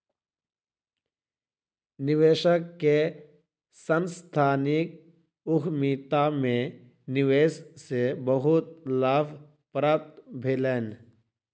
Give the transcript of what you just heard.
निवेशक के सांस्थानिक उद्यमिता में निवेश से बहुत लाभ प्राप्त भेलैन